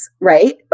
right